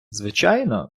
звичайно